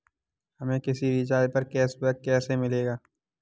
हमें किसी रिचार्ज पर कैशबैक कैसे मिलेगा?